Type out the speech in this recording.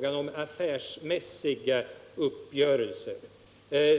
tal om affärsmässiga uppgörelser.